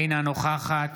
אינה נוכחת